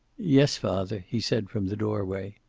yes, father, he said, from the doorway.